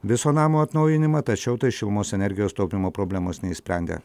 viso namo atnaujinimą tačiau tai šilumos energijos taupymo problemos neišsprendė